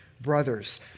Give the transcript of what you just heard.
brothers